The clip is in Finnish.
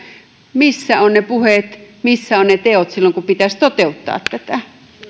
missä ovat ne puheet missä ovat ne teot silloin kun pitäisi toteuttaa tätä